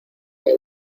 que